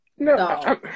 No